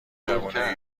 جوونای